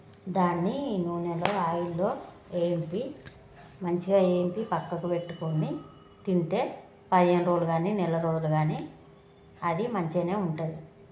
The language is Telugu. దాన్ని నూనెలో ఆయిల్లో వేపి మంచిగా వేపి పక్కకు పెట్టుకోని తింటే పదిహేను రోజులు కానీ నెల రోజులు కానీ అది మంచిగానే ఉంటుంది